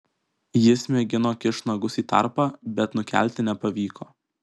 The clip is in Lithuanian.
jis mėgino kišt nagus į tarpą bet nukelti nepavyko